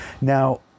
Now